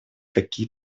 какие